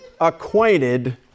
acquainted